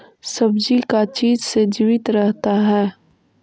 सब्जी का चीज से जीवित रहता है?